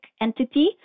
entity